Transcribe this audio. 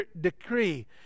decree